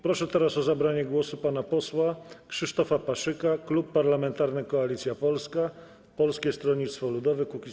Proszę teraz o zabranie głosu pana posła Krzysztofa Paszyka, Klub Parlamentarny Koalicja Polska - Polskie Stronnictwo Ludowe - Kukiz15.